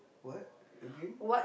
what again